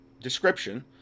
description